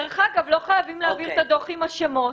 דרך אגב, לא חייבים להעביר את הדוח עם השמות.